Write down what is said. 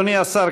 אדוני השר,